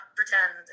pretend